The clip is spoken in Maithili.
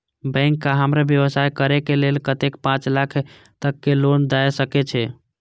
बैंक का हमरा व्यवसाय करें के लेल कतेक पाँच लाख तक के लोन दाय सके छे?